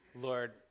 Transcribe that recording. Lord